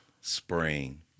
Spring